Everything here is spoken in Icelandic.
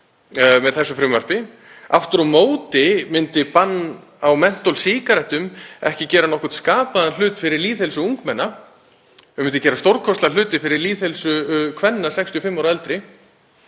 í þessu frumvarpi. Aftur á móti myndi bann á mentólsígarettum ekki gera nokkurn skapaðan hlut fyrir lýðheilsu ungmenna. Það myndi gera stórkostlega hluti fyrir lýðheilsu kvenna, 65 ára og eldri,